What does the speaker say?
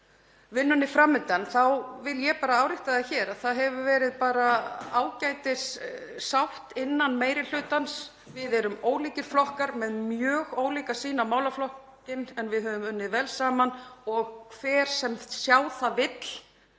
vinnunni fram undan þá vil ég árétta hér að það hefur verið ágætissátt innan meiri hlutans. Við erum ólíkir flokkar með mjög ólíka sýn á málaflokkinn en við höfum unnið vel saman og hver sem sjá það vill